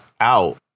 out